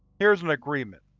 here's an agreement,